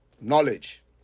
knowledge